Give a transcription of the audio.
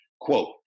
Quote